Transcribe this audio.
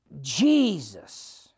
Jesus